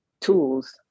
tools